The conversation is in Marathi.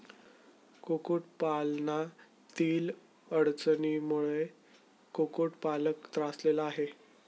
कुक्कुटपालनातील अडचणींमुळे कुक्कुटपालक त्रासलेला आहे